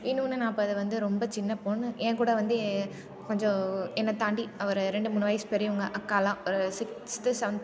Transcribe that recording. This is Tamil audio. இன்னொன்று நான் அப்போ அது வந்து ரொம்ப சின்ன பொண்ணு ஏங்கூட வந்து ஏ கொஞ்சம் என்ன தாண்டி ஒரு ரெண்டு மூணு வயசு பெரியவங்க அக்காலாம் ஒரு சிக்ஸ்த்து செவன்த்